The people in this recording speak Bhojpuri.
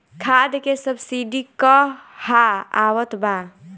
खाद के सबसिडी क हा आवत बा?